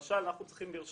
אנחנו נטיל